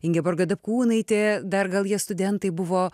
ingeborga dapkūnaitė dar gal jie studentai buvo